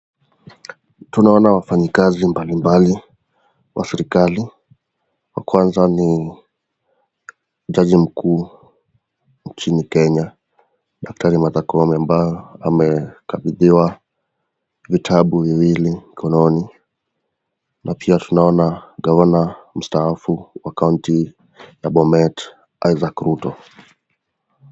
Tunaona wafanyikazi mbalimbali wa serekali, wakwanza ni jaji mkuu nchini kenya daitari martha Koome ambayo amekabidhiliwa vitabu viwili mikononi na pia tunaona governor wa bomet isaac ruto